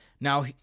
Now